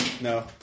No